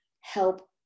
help